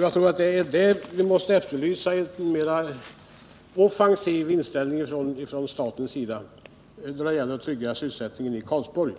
Jag tror att vad vi måste efterlysa är en litet mer offensiv inställning från statens sida för att trygga sysselsättningen i Karlsborg.